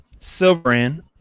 Silverin